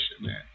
man